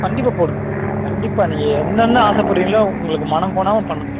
கண்டிப்பாக போடுங்க கண்டிப்பாக நீங்கள் என்னென்ன ஆசைப்படுறீங்களோ உங்களுக்கு மனம் கோணாமல் பண்ணுங்க